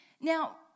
Now